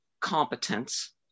competence